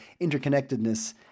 interconnectedness